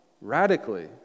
radically